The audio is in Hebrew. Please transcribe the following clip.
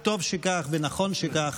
וטוב שכך ונכון שכך,